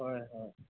হয় হয়